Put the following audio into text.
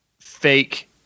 fake